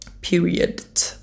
period